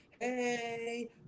hey